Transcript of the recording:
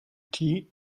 tea